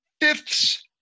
fifths